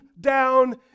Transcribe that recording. down